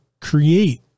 create